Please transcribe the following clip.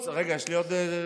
רגע, יש לי עוד.